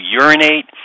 urinate